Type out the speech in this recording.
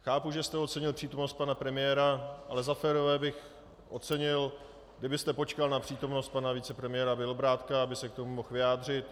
Chápu, že jste ocenil přítomnost pana premiéra, ale za férové bych ocenil, kdybyste počkal na přítomnost pana vicepremiéra Bělobrádka, aby se k tomu mohl vyjádřit.